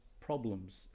problems